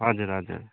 हजुर हजुर